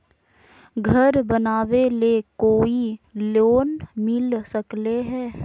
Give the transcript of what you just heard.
घर बनावे ले कोई लोनमिल सकले है?